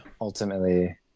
ultimately